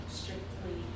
strictly